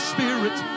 Spirit